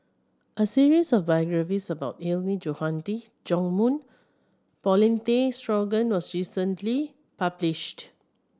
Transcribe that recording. a series of biographies about Hilmi Johandi Yong Mun Paulin Tay Straughan was recently published